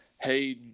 Hey